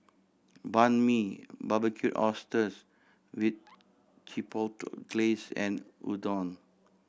Banh Mi Barbecued Oysters with Chipotle Glaze and Udon